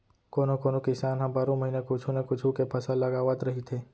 कोनो कोनो किसान ह बारो महिना कुछू न कुछू के फसल लगावत रहिथे